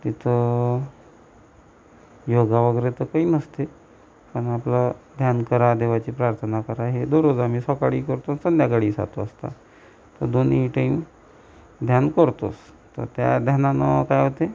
इथं योगा वगैरे तर काही नसते आणि आपला ध्यान करा देवाची प्रार्थना करा हे दरोज आम्ही सकाळी करतो संध्याकाळी सात वाजता तर दोन्ही टाईम ध्यान करतोच तर त्या ध्यानानं काय होते